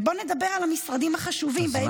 ובואו נדבר על המשרדים החשובים שבהם קיצצו.